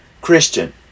Christian